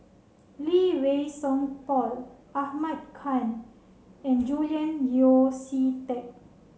Lee Wei Song Paul Ahmad Khan and Julian Yeo See Teck